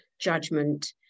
judgment